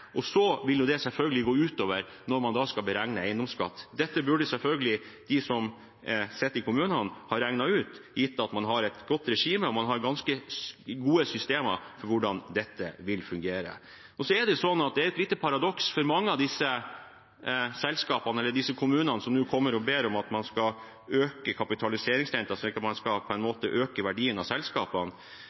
Og så vil det selvfølgelig virke inn når man skal beregne eiendomsskatt. Dette burde selvfølgelig de som sitter i kommunene, ha regnet ut, gitt at man har et godt regime og har ganske gode systemer for hvordan dette vil fungere. Så er det et lite paradoks at mange av de kommunene som nå kommer og ber om at man skal øke kapitaliseringsrenten, så man ikke skal på en måte øke verdien av selskapene,